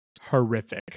horrific